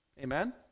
Amen